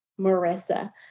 Marissa